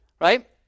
Right